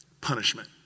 punishment